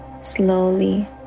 slowly